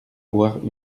boire